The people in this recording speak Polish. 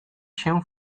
się